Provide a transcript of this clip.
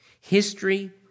History